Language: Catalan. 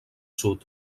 sud